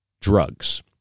drugs